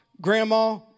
grandma